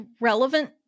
relevant